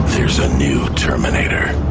there's a new terminator.